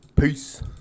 Peace